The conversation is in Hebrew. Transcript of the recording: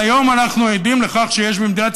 אבל היום אנחנו עדים לכך שיש במדינת